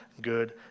good